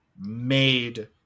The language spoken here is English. made